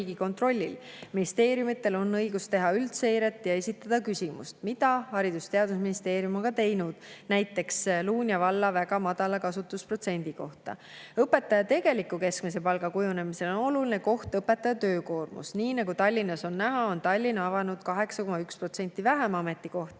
Ministeeriumidel on õigus teha üldseiret ja esitada küsimusi, mida Haridus‑ ja Teadusministeerium on ka teinud, näiteks Luunja valla väga madala kasutusprotsendi kohta. Õpetajate tegeliku keskmise palga kujunemisel on oluline koht töökoormusel. Nii nagu Tallinnas on näha, on Tallinn avanud 8,1% vähem ametikohti,